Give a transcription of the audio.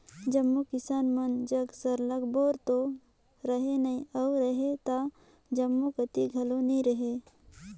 जम्मो किसान मन जग सरलग बोर तो रहें नई अउ रहेल त जम्मो कती घलो नी रहे